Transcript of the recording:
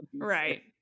right